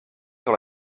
sur